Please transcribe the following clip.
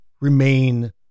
remain